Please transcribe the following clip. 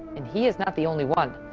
and he is not the only one.